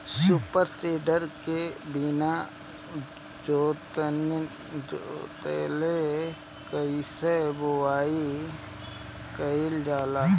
Super seeder से बीना जोतले कईसे बुआई कयिल जाला?